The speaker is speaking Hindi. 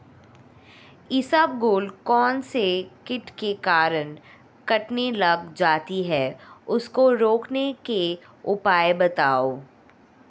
इसबगोल कौनसे कीट के कारण कटने लग जाती है उसको रोकने के उपाय बताओ?